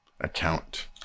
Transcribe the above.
account